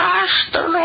Master